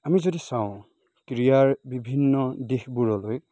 আমি যদি চাওঁ ক্ৰিয়াৰ বিভিন্ন দিশবোৰলৈ